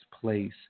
place